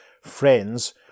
friends